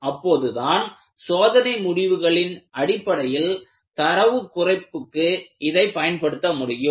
அப்போதுதான் சோதனை முடிவுகளின் அடிப்படையில் தரவுக் குறைப்புக்கு இதைப் பயன்படுத்த முடியும்